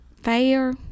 fair